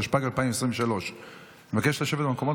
התשפ"ג 2023. אני מבקש לשבת במקומות.